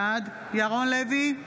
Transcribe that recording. בעד ירון לוי,